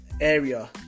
area